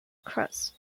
cross